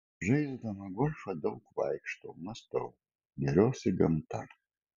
žaisdama golfą daug vaikštau mąstau gėriuosi gamta